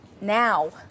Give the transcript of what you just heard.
now